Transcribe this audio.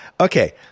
Okay